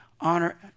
honor